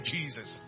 Jesus